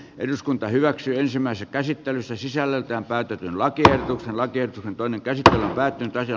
eduskunta hyväksyi ensimmäisen käsittelyssä sisällöltään päätetyn lakiehdotuksen lakers on toinen kerta väitteitä ja